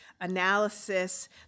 analysis